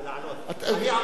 אני אמרתי הפוך,